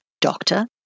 doctor